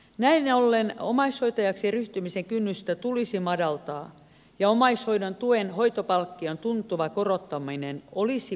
näin ollen omaishoitajaksi ryhtymisen kynnystä tulisi madaltaa ja omaishoidon tuen hoitopalkkion tuntuva korottaminen olisi perusteltua